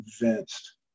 convinced